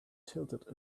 tilted